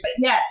yes